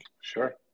Sure